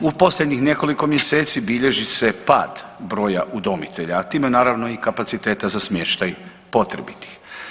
U posljednjih nekoliko mjeseci bilježi se pad broja udomitelja, a time naravno i kapaciteta za smještaj potrebitih.